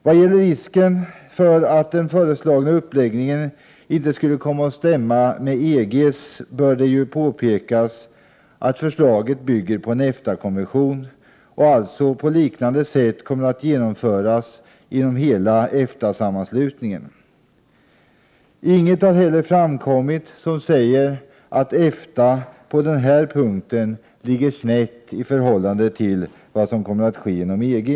Vad gäller risken för att den föreslagna uppläggningen inte skulle komma att stämma med EG:s, bör det påpekas att förslaget bygger på en EFTA-konvention och alltså på liknande sätt kommer att genomföras inom hela EFTA-sammanslutningen. Inget har heller framkommit som säger att EFTA på denna punkt ligger snett i förhållande till vad som kommer att ske inom EG.